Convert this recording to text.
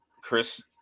Chris